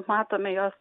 matome jos